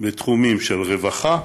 בתחומים של רווחה,